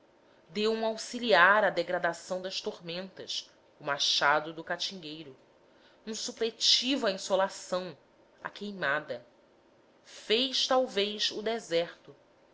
deu um auxiliar à degradação das tormentas o machado do catingueiro um supletivo à insolação a queimada fez talvez o deserto